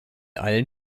allen